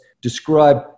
describe